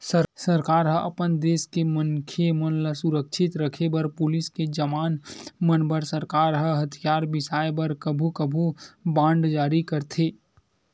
सरकार ह अपन देस के मनखे मन ल सुरक्छित रखे बर पुलिस के जवान मन बर सरकार ह हथियार बिसाय बर कभू कभू बांड जारी करथे